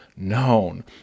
Known